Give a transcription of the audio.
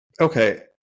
Okay